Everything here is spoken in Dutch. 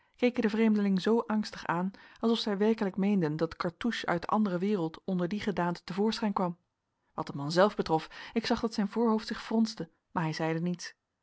den vreemdeling zoo angstig aan als of zij werkelijk meenden dat cartouche uit de andere waereld onder die gedaante te voorschijn kwam wat den man zelf betrof ik zag dat zijn voorhoofd zich fronste maar hij zeide niets